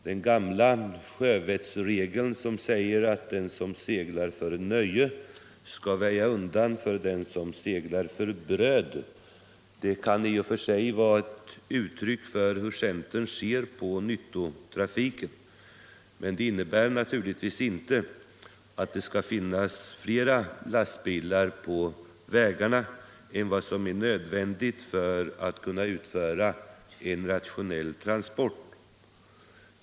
Den gamla sjövettsregeln som säger att den som seglar för nöje skall väja undan för den som seglar för bröd kan i och för sig vara ett uttryck för hur centern ser på nyttotrafiken, men det innebär naturligtvis inte att det skall finnas flera lastbilar på vägarna än vad som är nödvändigt för att utföra en rationell transport.